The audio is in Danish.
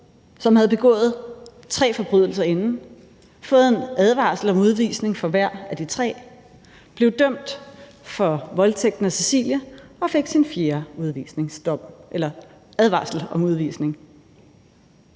som havde begået tre forbrydelser inden, fået en advarsel om udvisning for hver af de tre forbrydelser, blev dømt for voldtægten af Cecilie og fik sin fjerde udvisningsdom